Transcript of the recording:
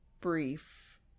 brief